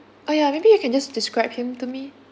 uh ya maybe you can just describe him to me